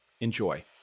Enjoy